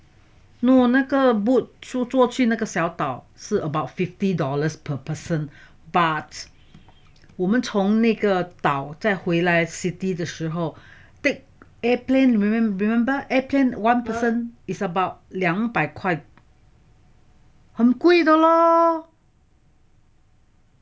no 那个 boat 坐去那个小岛是 about fifty dollars per person but 我们从那个岛再回来 city 的时候 take airplane rem~ remember air plane one person is about 两百块很贵的咯